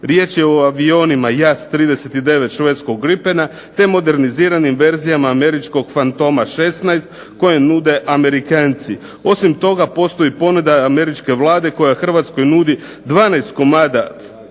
Riječ je o avionima JAS 39 švedskog Gripena, te moderniziranim verzijama američkog Fantoma 16 kojeg nude Amerikanci. Osim toga postoji ponuda američke Vlade koja Hrvatskoj nudi 12 komada